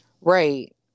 right